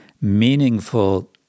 meaningful